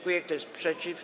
Kto jest przeciw?